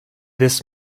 this